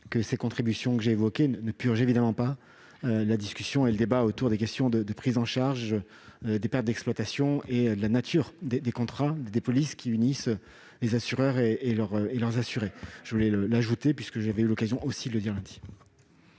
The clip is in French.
que les contributions évoquées ne purgent évidemment pas le débat autour de la prise en charge des pertes d'exploitation et de la nature des contrats et des polices qui unissent les assureurs et leurs assurés. Je voulais l'ajouter, puisque j'avais eu l'occasion de le dire aussi